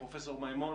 פרופ' מימון